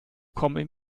kommen